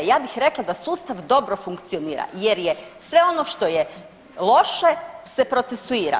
Ja bih rekla da sustav dobro funkcionira jer je sve ono što je loše se procesuira.